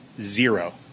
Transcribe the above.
zero